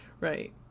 right